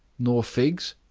nor figs?